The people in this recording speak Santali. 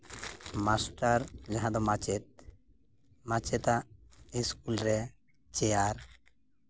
ᱢᱟᱥᱴᱟᱨ ᱡᱟᱦᱟᱸᱭ ᱫᱚ ᱢᱟᱪᱮᱫ ᱢᱟᱪᱮᱫᱟᱜ ᱤᱥᱠᱩᱞ ᱨᱮ ᱪᱮᱭᱟᱨ